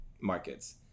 markets